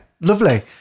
lovely